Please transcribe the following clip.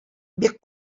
бик